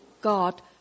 God